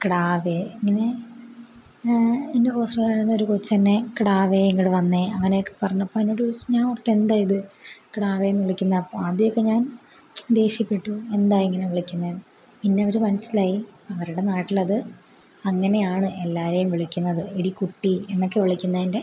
കിടാവേ ഇങ്ങനെ എൻ്റെ ഹോസ്റ്റലിൽ ഉണ്ടായിരുന്നൊരു കൊച്ച് എന്നെ കിടാവേ ഇങ്ങോട്ട് വന്നേ അങ്ങനെയൊക്കെ പറഞ്ഞപ്പോൾ എന്നോട് ഞാൻ ഓർത്ത് എന്താണ് ഇത് കിടാവേ എന്ന് വിളിക്കുന്നത് അപ്പോൾ ആദ്യമൊക്കെ ഞാൻ ദേഷ്യപ്പെട്ടു എന്താണ് ഇങ്ങനെ വിളിക്കുന്നത് പിന്നെ അവർ മനസ്സിലായി അവരുടെ നാട്ടിൽ അത് അങ്ങനെയാണ് എല്ലാവരെയും വിളിക്കുന്നത് എടീ കുട്ടി എന്നൊക്കെ വിളിക്കുന്നതിൻ്റെ